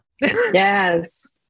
Yes